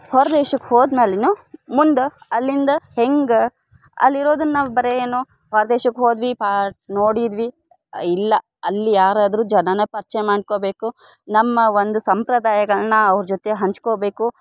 ಹೊರ ದೇಶಕ್ಕೆ ಹೋದ್ಮೇಲೆಯೂ ಮುಂದೆ ಅಲ್ಲಿಂದ ಹೆಂಗೆ ಅಲ್ಲಿರೋದನ್ನ ನಾವು ಬರೀ ಏನೋ ಹೊರ ದೇಶಕ್ಕೆ ಹೋದ್ವಿ ಪಾಟ್ ನೋಡಿದ್ವಿ ಇಲ್ಲ ಅಲ್ಲಿ ಯಾರಾದರೂ ಜನನ ಪರಿಚಯ ಮಾಡ್ಕೊಳ್ಬೇಕು ನಮ್ಮ ಒಂದು ಸಂಪ್ರದಾಯಗಳನ್ನ ಅವ್ರ ಜೊತೆ ಹಂಚ್ಕೊಳ್ಬೇಕು